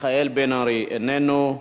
מיכאל בן-ארי, איננו,